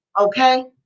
Okay